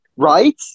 Right